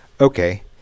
Okay